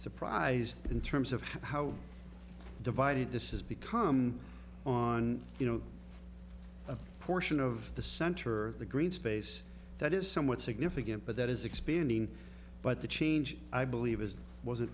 surprised in terms of how divided this has become on you know a portion of the center of the green space that is somewhat significant but that is expanding but the change i believe is